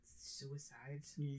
Suicides